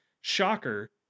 shocker